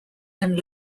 and